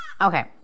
Okay